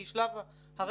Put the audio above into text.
שהוא שלב הרכש,